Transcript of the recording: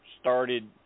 started